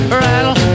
rattle